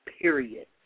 Period